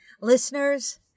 Listeners